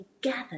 gathered